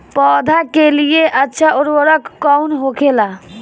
पौधा के लिए अच्छा उर्वरक कउन होखेला?